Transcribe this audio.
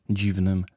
dziwnym